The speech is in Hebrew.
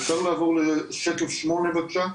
אפשר לעבור לשקף 8 בבקשה.